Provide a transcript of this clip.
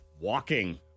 Walking